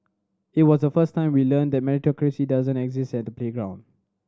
it was the first time we learnt that meritocracy doesn't exist at the playground